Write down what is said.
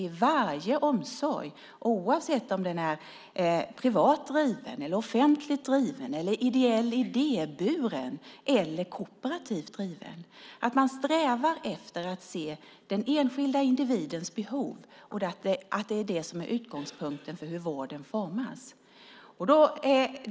I varje omsorg, oavsett om den är privat driven, offentligt driven, ideellt idéburen eller kooperativt driven ska man sträva efter att se den enskilda individens behov. Det är det som är utgångspunkten för hur vården formas.